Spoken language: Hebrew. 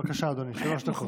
בבקשה, אדוני, שלוש דקות.